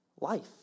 life